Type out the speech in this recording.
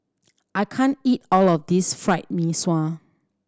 I can't eat all of this Fried Mee Sua